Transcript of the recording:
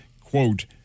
quote